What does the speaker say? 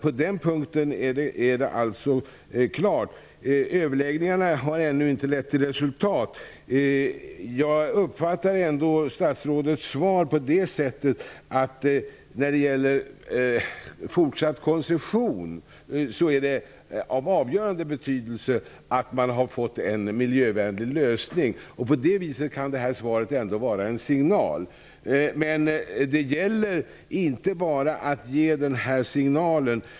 På den punkten är det alltså klart. Överläggningarna har ännu inte lett till resultat. Jag uppfattar ändå statsrådets svar på det sättet att det är av avgörande betydelse när det gäller fortsatt koncession att man har fått en miljövänlig lösning. På det viset kan detta svar utgöra en signal. Men det gäller att inte bara ge denna signal.